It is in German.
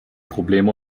probleme